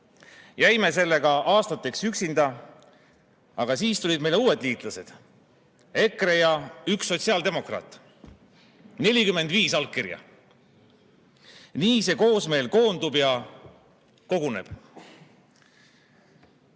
Jäime sellega aastateks üksinda. Aga siis tulid meile uued liitlased, EKRE ja üks sotsiaaldemokraat, 45 allkirja. Nii see koosmeel koondub ja koguneb. Head